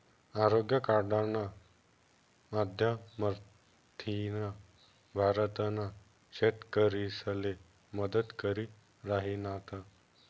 आरोग्य कार्डना माध्यमथीन भारतना शेतकरीसले मदत करी राहिनात